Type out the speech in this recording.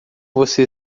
você